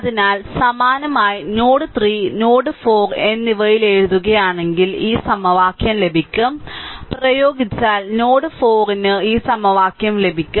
അതിനാൽ സമാനമായി node 3 node 4 എന്നിവയിൽ എഴുതുകയാണെങ്കിൽ ഈ സമവാക്യം ലഭിക്കും പ്രയോഗിച്ചാൽ നോഡ് 4 ന് ഈ സമവാക്യം ലഭിക്കും